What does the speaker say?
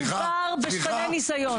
מדובר בשפני ניסיון.